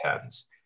tens